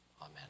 Amen